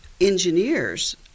engineers